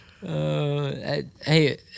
Hey